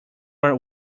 are